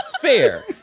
fair